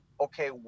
okay